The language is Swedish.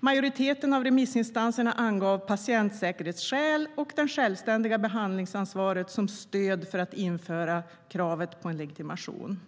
Majoriteten av remissinstanserna angav patientsäkerhetsskäl och det självständiga behandlingsansvaret som stöd för att införa kravet på legitimation.